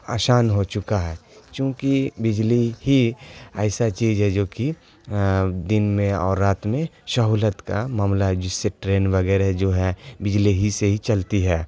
آسان ہو چکا ہے چونکہ بجلی ہی ایسا چیز ہے جو کہ دن میں اور رات میں سہولت کا معاملہ ہے جس سے ٹرین وغیرہ جو ہے بجلی ہی سے ہی چلتی ہے